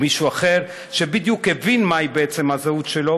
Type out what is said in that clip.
ומישהו אחר שבדיוק הבין מהי בעצם הזהות שלו